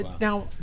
now